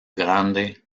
grande